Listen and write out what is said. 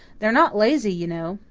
they're not lazy, you know,